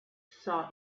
saw